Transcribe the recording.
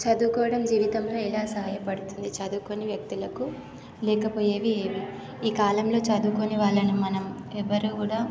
చదువుకోవడం జీవితంలో ఎలా సాహాయపడుతుంది చదువుకోని వ్యక్తులకు లేకపోయేవి ఏవి ఈ కాలంలో చదువుకోని వాళ్ళను మనం ఎవరూ కూడా